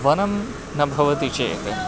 वनं न भवति चेत्